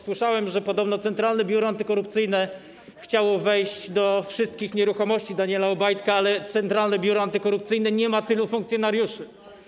Słyszałem, że podobno Centralne Biuro Antykorupcyjne chciało wejść do wszystkich nieruchomości Daniela Obajtka, ale Centralne Biuro Antykorupcyjne nie ma tylu funkcjonariuszy.